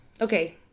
Okay